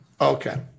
Okay